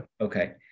Okay